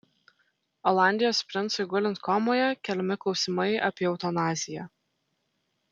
olandijos princui gulint komoje keliami klausimai apie eutanaziją